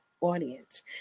audience